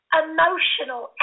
emotional